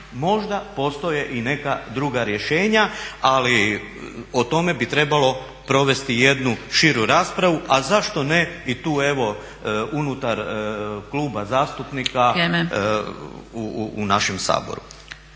možda postoje i neka druga rješenja, ali o tome bi trebalo provesti jednu širu raspravu, a zašto ne i tu evo unutar kluba zastupnika u našem Saboru.